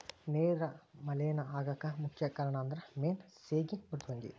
ನೇರ ಮಲೇನಾ ಆಗಾಕ ಮುಖ್ಯ ಕಾರಣಂದರ ಮೇನಾ ಸೇಗಿ ಮೃದ್ವಂಗಿ